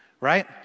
right